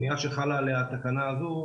אונייה שחלה עליה התקנה הזו,